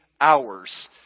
hours